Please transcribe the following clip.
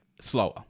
slower